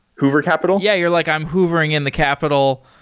hoover capital? yeah. you're like, i'm hovering in the capital.